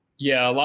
yeah.